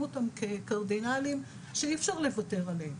אותם כקרדינליים שאי אפשר לוותר עליהם,